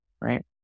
right